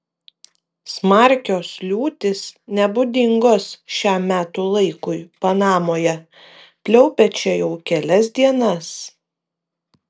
smarkios liūtys nebūdingos šiam metų laikui panamoje pliaupia čia jau kelias dienas